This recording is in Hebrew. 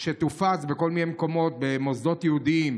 שתופץ בכל מיני מקומות במוסדות יהודיים,